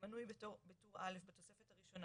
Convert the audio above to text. המנוי בטור א' בתוספת הראשונה,